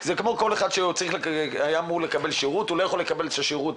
זה כמו כל אחד שהיה אמור לקבל שירות ולא יכול לקבל את השירות.